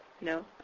No